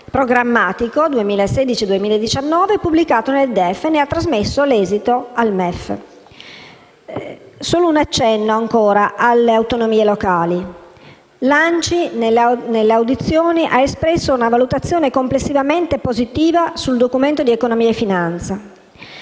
programmatico 2016-2019, pubblicato nel DEF, e ne ha trasmesso l'esito al MEF. Solo un accenno alle autonomie locali: l'ANCI, nelle audizioni sul DEF, ha espresso una valutazione complessivamente positiva sul Documento di economia e finanza.